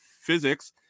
Physics